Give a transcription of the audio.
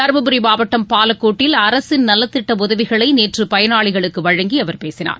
தரும்புரி மாவட்டம் பாலக்கோட்டில் அரசின் நலத்திட்ட உதவிகளை நேற்று பயனாளிகளுக்கு வழங்கி அவர் பேசினார்